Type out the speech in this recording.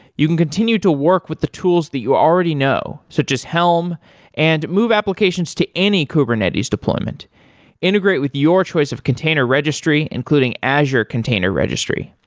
you can continue to work with the tools that you already know, so just helm and move applications to any kubernetes deployment integrate with your choice of container registry, including azure container registry.